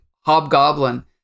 Hobgoblin